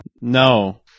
No